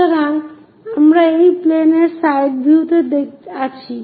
সুতরাং আমরা এই প্লেনের সাইড ভিউ তে আছি